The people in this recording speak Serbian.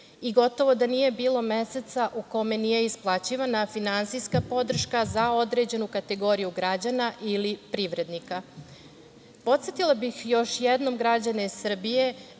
i gotovo da nije bilo meseca u kome nije isplaćivana finansijska podrška za određenu kategoriju građana ili privrednika. Podsetila bih još jednom građane Srbije